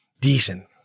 decent